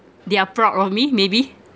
they are proud of me maybe